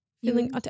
Feeling